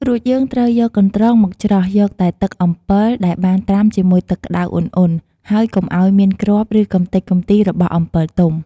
រួចយើងត្រូវយកកន្ត្រងមកច្រោះយកតែទឹកអំពិលដែលបានត្រាំជាមួយទឹកក្ដៅឧណ្ហៗ ហើយកុំអោយមានគ្រាប់ឬកម្ទេចកម្ទីរបស់អំពិលទុំ។